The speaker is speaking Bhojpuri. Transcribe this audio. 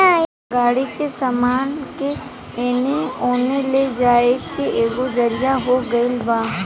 गाड़ी से सामान के एने ओने ले जाए के एगो जरिआ हो गइल बा